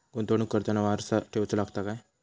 गुंतवणूक करताना वारसा ठेवचो लागता काय?